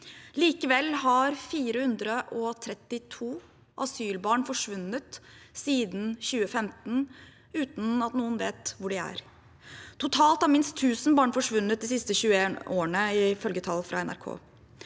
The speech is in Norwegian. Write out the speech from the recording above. Likevel har 432 asylbarn forsvunnet siden 2015, uten at noen vet hvor de er. Totalt har minst 1 000 barn forsvunnet de siste 21 årene, ifølge tall fra NRK.